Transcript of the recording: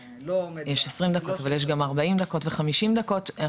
יש 20 דקות אבל יש גם 40 דקות ו-50 דקות.